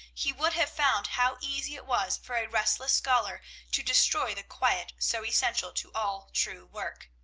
he would have found how easy it was for a restless scholar to destroy the quiet so essential to all true work.